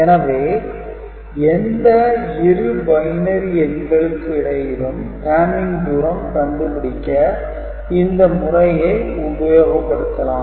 எனவே எந்த இரு பைனரி எண்களுக்கு இடையிலும் hamming தூரம் கண்டுபிடிக்க இந்த முறையை உபயோகப்படுத்தலாம்